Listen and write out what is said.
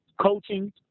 Coaching